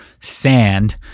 sand